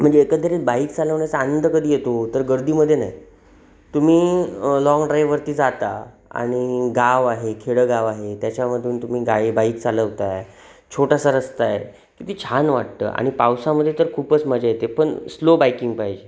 म्हणजे एकंदरीत बाईक चालवण्याचा आनंद कधी येतो तर गर्दीमध्ये नाही तुम्ही लाँग ड्रायववरती जाता आणि गाव आहे खेडंगाव आहे त्याच्यामधून तुम्ही गाडी बाईक चालवताय छोटासा रस्ता आहे किती छान वाटतं आणि पावसामध्ये तर खूपच मजा येते पण स्लो बाईकिंग पाहिजे